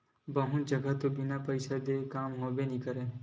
बहुत जघा तो बिन पइसा देय काम होबे नइ करय